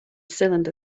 cylinder